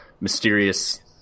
mysterious